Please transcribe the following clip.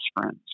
friends